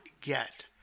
get